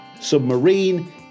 Submarine